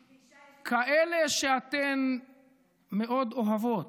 יש לי פגישה עם, כאלה שאתן מאוד אוהבות.